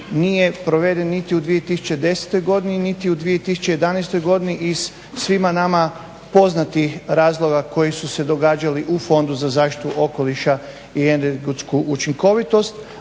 nije proveden niti u 2010.godini niti u 2011.godine iz svima nama poznatih razloga koji su se događali u Fondu za zaštitu okoliša i energetsku učinkovitost,